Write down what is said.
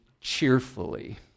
cheerfully